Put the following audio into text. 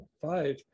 five